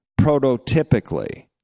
prototypically